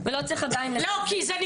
לא, כי היא לא מזלזלת בי.